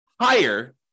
higher